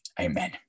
amen